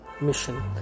mission